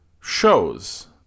shows